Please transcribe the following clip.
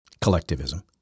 collectivism